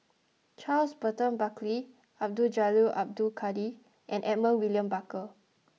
Charles Burton Buckley Abdul Jalil Abdul Kadir and Edmund William Barker